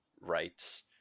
rights